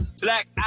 Black